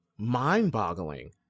mind-boggling